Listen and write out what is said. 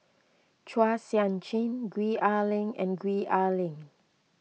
Chua Sian Chin Gwee Ah Leng and Gwee Ah Leng